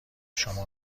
شما